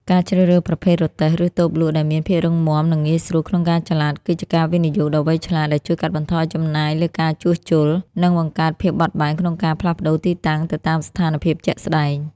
ការជ្រើសរើសប្រភេទរទេះ ឬតូបលក់ដែលមានភាពរឹងមាំ និងងាយស្រួលក្នុងការចល័ត គឺជាការវិនិយោគដ៏វៃឆ្លាតដែលជួយកាត់បន្ថយចំណាយលើការជួសជុល និងបង្កើនភាពបត់បែនក្នុងការផ្លាស់ប្តូរទីតាំងទៅតាមស្ថានភាពជាក់ស្ដែង។